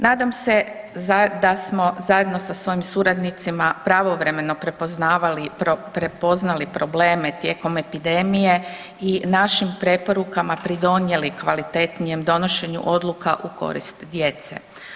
Nadam se da smo zajedno sa svojim suradnicima pravovremeno prepoznavali, prepoznali probleme tijekom epidemije i našim preporukama pridonijeli kvalitetnijem donošenju odluka u korist djece.